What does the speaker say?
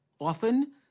Often